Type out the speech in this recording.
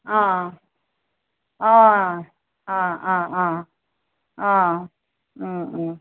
অ অ অ অ অ অ ও ও